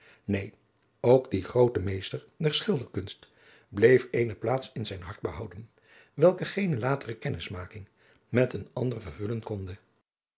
neen ook die groote meester der schilderkunst bleef eene plaats in zijn hart behouden welke geene latere kennismaking met een ander vervullen konde